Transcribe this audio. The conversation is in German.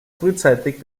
frühzeitig